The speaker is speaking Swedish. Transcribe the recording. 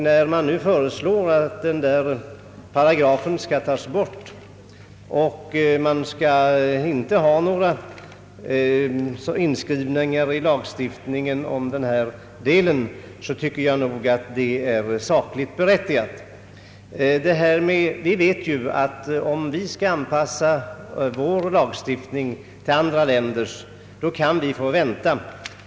När man nu föreslår att denna paragraf skall tas bort och man inte längre skall ha den inskriven i lagstiftningen, så tycker jag nog att det är sakligt berättigat. Om vi skall anpassa vår lagstiftning till andra länders så kan vi få vänta.